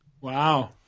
wow